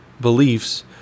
beliefs